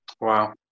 Wow